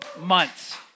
months